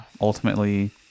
Ultimately